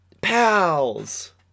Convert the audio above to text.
pals